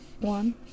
One